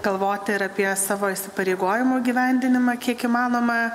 galvoti ir apie savo įsipareigojimų įgyvendinimą kiek įmanoma